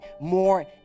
more